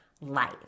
life